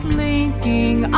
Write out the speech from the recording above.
linking